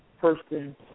person